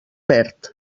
perd